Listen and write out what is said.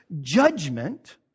judgment